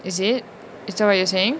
is it is that what you are saying